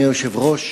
אדוני היושב-ראש,